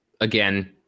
again